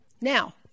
now